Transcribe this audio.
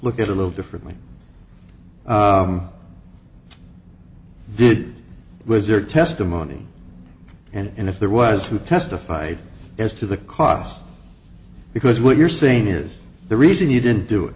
look at a little differently did was your testimony and if there was who testified as to the cause because what you're saying is the reason you didn't do it